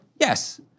yes